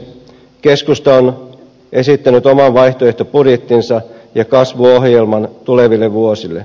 keskusta on esittänyt oman vaihtoehtobudjettinsa ja kasvuohjelman tuleville vuosille